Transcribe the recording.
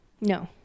No